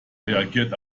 reagiert